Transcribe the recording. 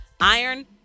iron